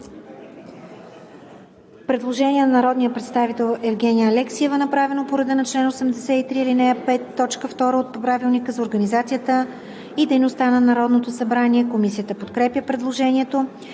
Предложение на народния представител Евгения Алексиева, направено по реда на чл. 83. ал. 5, т. 2 от Правилника за организацията и дейността на Народното събрание. Комисията подкрепя предложението.